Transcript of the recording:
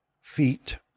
feet